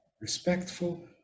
respectful